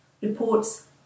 reports